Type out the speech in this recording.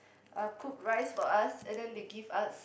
uh cook rice for us and then they give us